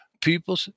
People